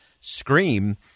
scream